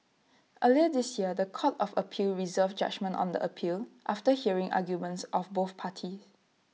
earlier this year The Court of appeal reserved judgement on the appeal after hearing arguments of both parties